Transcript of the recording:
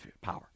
power